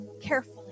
carefully